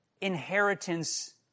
inheritance